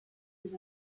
des